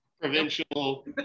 provincial